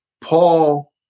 Paul